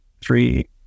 three